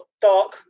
dark